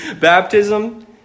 baptism